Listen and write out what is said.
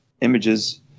images